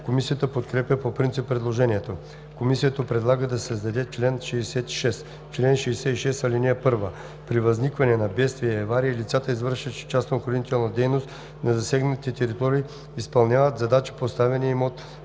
Комисията подкрепя по принцип предложението. Комисията предлага да се създаде чл. 66: „Чл. 66. (1) При възникване на бедствия и аварии лицата, извършващи частна охранителна дейност на засегнатите територии, изпълняват задачи, поставени им от